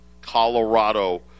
Colorado